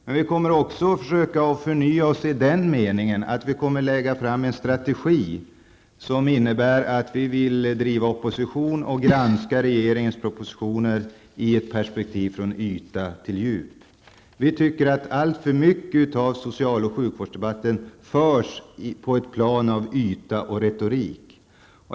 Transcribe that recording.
Men vi kommer också att försöka förnya oss i den meningen att vi lägger fram en strategi som innebär att vi vill driva opposition och granska regeringens propositioner i ett perspektiv från yta till djup. Alltför mycket av social och sjukvårdsdebatten förs på ett plan av yta och retorik.